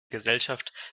gesellschaft